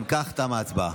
אם כך, תמה ההצבעה.